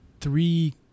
three